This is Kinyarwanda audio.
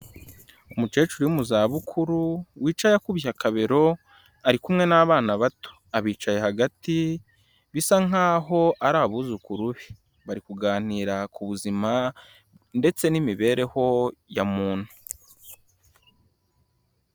Umukecuru uri mu zabukuru, wicaye akubye akabero, ari kumwe n'abana bato, abicaye hagati bisa nk'aho ari abuzukuru be, bari kuganira ku buzima ndetse n'imibereho ya muntu.